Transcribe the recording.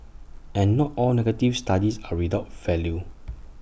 and not all negative studies are without value